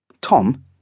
Tom